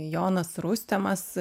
jonas rustemas